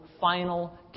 final